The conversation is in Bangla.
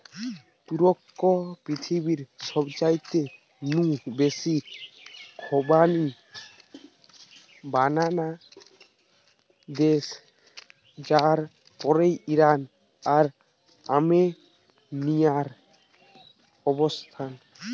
তুরস্ক পৃথিবীর সবচাইতে নু বেশি খোবানি বানানা দেশ যার পরেই ইরান আর আর্মেনিয়ার অবস্থান